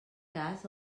cas